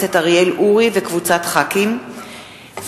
הכנסת אורי אריאל, אורי אורבך, זאב